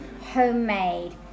homemade